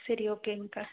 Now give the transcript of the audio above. சரி ஓகேங்க்கா